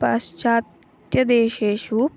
पाश्चात्यदेशेषु